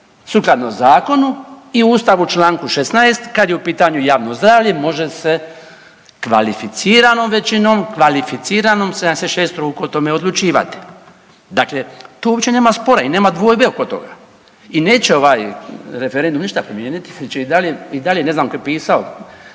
sukladno zakonu i Ustavu čl. 16. kada je u pitanju javno zdravlje može se kvalificiranom većinom, kvalificiranom 76 ruku o tome odlučivati, dakle tu uopće nema spora i nema dvojbe oko toga. I neće ovaj referendum ništa promijenit i dalje ne znam tko je pisao